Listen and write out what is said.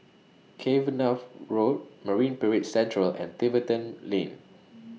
Cavenagh Road Marine Parade Central and Tiverton Lane